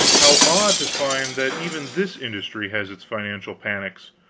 how odd to find that even this industry has its financial panics,